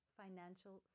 financial